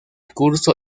curso